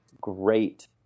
great